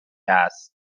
است